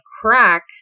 crack